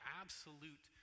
absolute